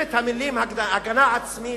צמד המלים "הגנה עצמית"